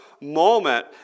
moment